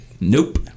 Nope